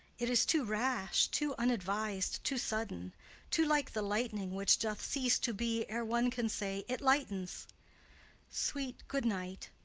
it is too rash, too unadvis'd, too sudden too like the lightning, which doth cease to be ere one can say it lightens sweet, good night!